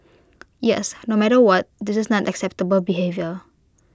yes no matter what this is not acceptable behaviour